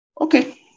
Okay